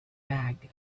bag